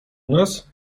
nas